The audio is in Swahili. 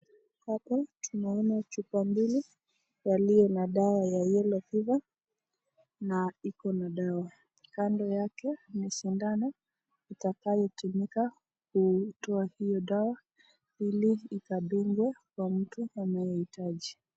Hapa tunaona chupa mbili yaliyo na dawa ya yellow fever na iko na dawa, kando yake ni sindano itakayo tumika kutoa hiyo dawa ili ikadungwe kwa mtu anayehitaji.